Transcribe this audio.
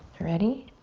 ready?